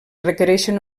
requereixen